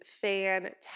fantastic